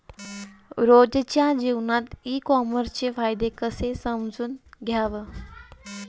रोजच्या जीवनात ई कामर्सचे फायदे कसे समजून घ्याव?